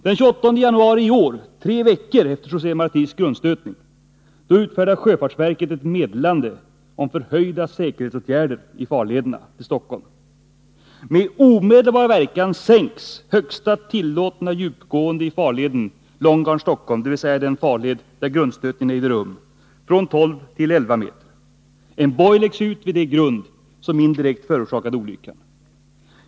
Den 28 januari i år, tre veckor efter José Martis grundstötning, utfärdar sjöfartsverket ett meddelande om förhöjda säkerhetsåtgärder i farlederna till Stockholm. Med omedelbar verkan sänks högsta tillåtna djupgående i farleden Långgarn-Stockholm, dvs. i den farled där grundstötningen ägde rum, från 12 till 11 m. En boj läggs ut vid det grund som indirekt förorsakade olyckan.